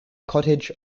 cottage